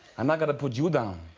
i'm not gonna put you down